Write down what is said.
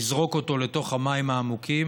לזרוק אותו למים העמוקים